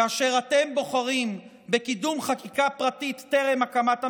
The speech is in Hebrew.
בוחרים בקידום חקיקה פרטית טרם הקמת הממשלה,